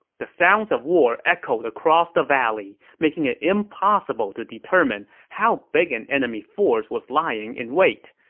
the sounds of war echoed across the valley, making it impossible to determine how big an enemy force was lying in wait.